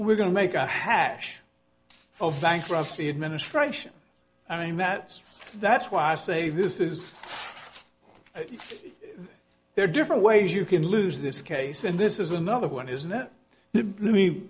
we're going to make a hash of bankruptcy administration i mean that's that's why i say this is there are different ways you can lose this case and this is another one isn't it the let me